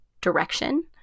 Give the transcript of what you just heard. direction